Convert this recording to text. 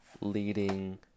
leading